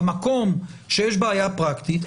במקום שיש בעיה פרקטית,